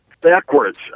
backwards